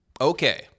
Okay